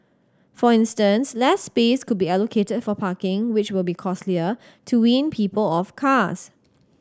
for instance less space could be allocated for parking which will be costlier to wean people off cars